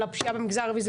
על הפשיעה במגזר הערבי.